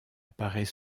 apparaît